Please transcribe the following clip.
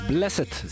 Blessed